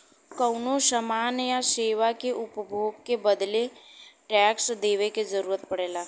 कउनो समान या सेवा के उपभोग के बदले टैक्स देवे क जरुरत पड़ला